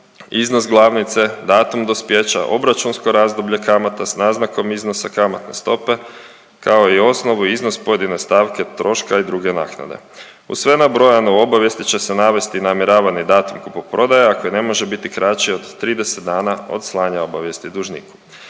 iznos glavnice, datum dospijeća, obračunsko razdoblje kamata s naznakom iznosa kamatne stope, kao i osnovu, iznos pojedine stavke troška i druge naknade. Uz sve nabrojano, u obavijesti će se navesti namjeravani datum kupoprodaje, a koje ne može biti kraće od 30 dana od slanja obavijesti dužniku.